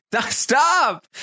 stop